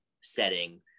setting